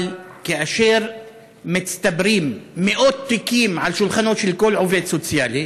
אבל כאשר מצטברים מאות תיקים על השולחנות של כל עובד סוציאלי,